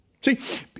See